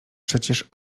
przecież